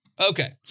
Okay